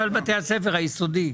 בתי הספר היסודי.